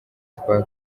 twa